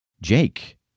Jake